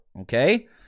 okay